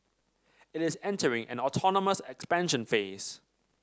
it is entering an autonomous expansion phase